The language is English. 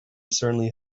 certainly